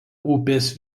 upės